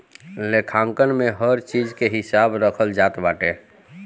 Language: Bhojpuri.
लेखांकन में हर चीज के हिसाब रखल जात बाटे